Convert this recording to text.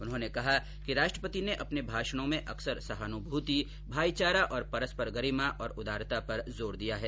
उन्होंने कहा कि राष्ट्रपति ने अपने भाषणों में अक्संर सहानुभूति भाईचारा परस्पर गरिमा और उदारता पर जोर दिया है